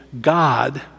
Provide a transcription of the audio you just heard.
God